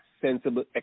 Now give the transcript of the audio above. sensible